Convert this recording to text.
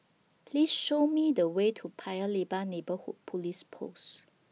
Please Show Me The Way to Paya Lebar Neighbourhood Police Post